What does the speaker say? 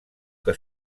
que